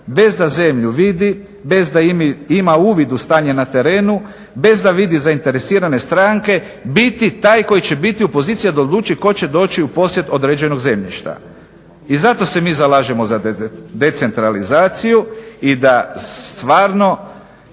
bez da zemlju vidi, bez da ima uvid u stanje na terenu, bez da vidi zainteresirane stranke biti taj koji će biti u poziciji da odluči tko će doći u posjed određenog zemljišta. I zato se mi zalažemo za decentralizaciju i da stvarno